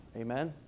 Amen